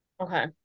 Okay